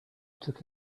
took